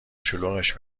شلوغش